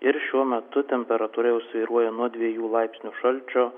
ir šiuo metu temperatūra svyruoja nuo dviejų laipsnių šalčio